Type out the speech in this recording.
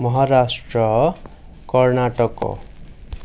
Maharashtra Karnataka